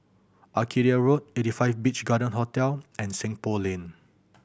Arcadia Road Eighty Five Beach Garden Hotel and Seng Poh Lane